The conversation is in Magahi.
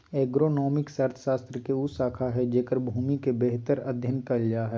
एग्रोनॉमिक्स अर्थशास्त्र के उ शाखा हइ जेकर भूमि के बेहतर अध्यन कायल जा हइ